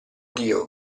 dio